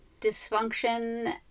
dysfunction